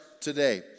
today